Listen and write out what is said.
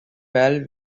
fell